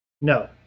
No